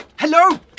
Hello